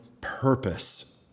purpose